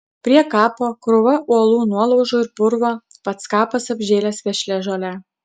prie kapo krūva uolų nuolaužų ir purvo pats kapas apžėlęs vešlia žole